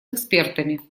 экспертами